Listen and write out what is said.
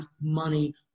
money